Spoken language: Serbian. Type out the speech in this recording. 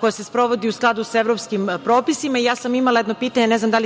koja se sprovodi u skladu sa evropskim propisima. Ja sam imala jedno pitanje, ne znam da li